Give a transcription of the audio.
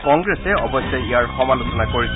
কংগ্ৰেছে অৱশ্যে ইয়াৰ সমালোচনা কৰিছে